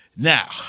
Now